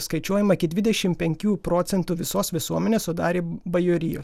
skaičiuojama iki dvidešimt penkių procentų visos visuomenės sudarė bajorijos